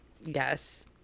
yes